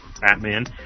Batman